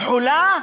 חולה,